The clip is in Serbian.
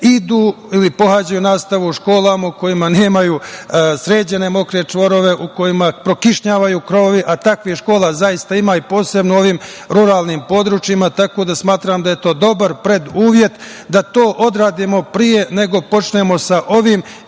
idu ili pohađaju nastavu u školama u kojima nemaju sređene mokre čvorove, u kojima prokišnjavaju krovovi, a takvih škola zaista ima, posebno u ovim ruralnim područjima. Tako da smatram da je to dobar preduslov da to odradimo pre nego što počnemo sa ovim,